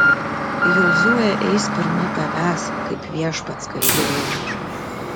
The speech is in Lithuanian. jozuė eis pirma tavęs kaip viešpats kalbėjo